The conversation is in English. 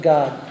God